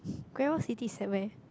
Great-World-City is at where